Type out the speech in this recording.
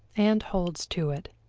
and holds to it.